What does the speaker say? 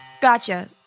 Gotcha